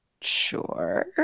Sure